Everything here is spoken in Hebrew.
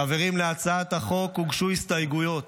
חברים, להצעת החוק הוגשו הסתייגויות.